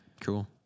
Cool